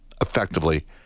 effectively